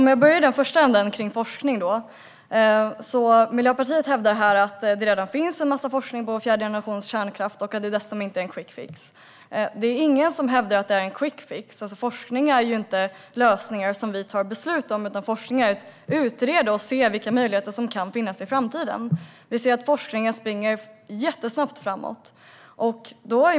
Fru talman! Miljöpartiet hävdar att det redan finns en massa forskning om fjärde generationens kärnkraft och att det dessutom inte är en quick fix. Det är ingen som hävdar att det skulle vara en quick fix. Forskning är inte lösningar som vi ska ta beslut om. Forskning innebär att man ska utreda och se vilka möjligheter som kan finnas i framtiden. Forskningen springer jättesnabbt framåt.